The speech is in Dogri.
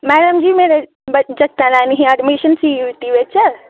मैडम जी मेरे जगतें एडमिशन फीस दित्ती एत्त